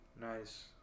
Nice